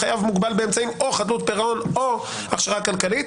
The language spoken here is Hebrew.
חייב מוגבל באמצעים או חדלות פירעון או הכשרה כלכלית,